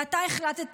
ואתה החלטת,